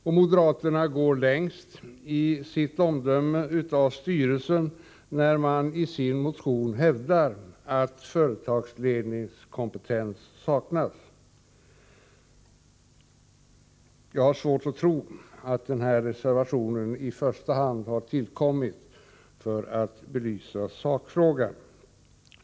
Men moderaterna går längst i sitt omdöme om styrelsen, när de i sin motion säger att företagsledningskompetens saknas. Jag har svårt att tro att den här reservationen i första hand har tillkommit för att belysa sakfrågan.